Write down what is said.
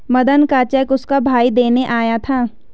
मदन का चेक उसका भाई देने आया था